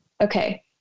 okay